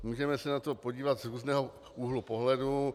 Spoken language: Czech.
Můžeme se na to podívat z různého úhlu pohledu.